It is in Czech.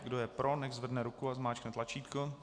Kdo je pro, nechť zvedne ruku a zmáčkne tlačítko.